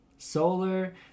solar